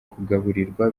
kugaburirwa